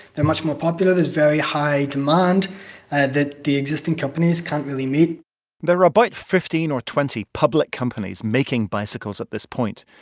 they're much more popular. there's very high demand that the existing companies can't really meet there were about but fifteen or twenty public companies making bicycles at this point.